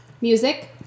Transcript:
Music